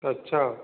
अच्छा